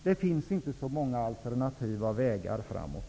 Det finns inte så många alternativa vägar framåt.